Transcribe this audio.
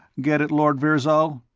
get it, lord virzal?